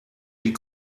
die